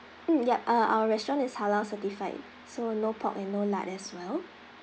mm yup uh our restaurant is halal certified so no pork and no lard as well